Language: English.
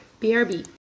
BRB